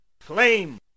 flame